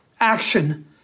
action